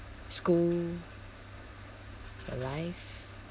school your life